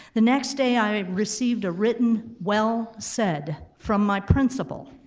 the next day i received a written well said from my principal,